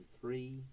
three